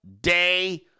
day